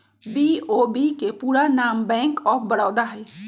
BOB के पूरे नाम बैंक ऑफ बड़ौदा हइ